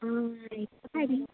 ആ ഇപ്പോൾ തടി